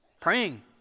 Praying